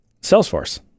Salesforce